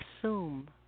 assume